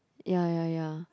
ya ya ya